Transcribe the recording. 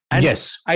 Yes